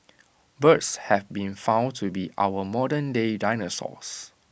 birds have been found to be our modernday dinosaurs